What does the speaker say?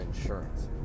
insurance